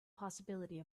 possibility